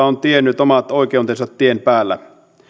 on tiennyt omat oikeutensa tien päällä